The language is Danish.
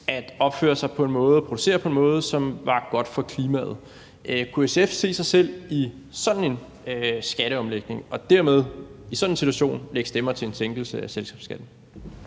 at opføre sig på en måde, producere på en måde, som var godt for klimaet. Kunne SF se sig selv i sådan en skatteomlægning og dermed i sådan en situation lægge stemmer til en sænkelse af selskabsskatten?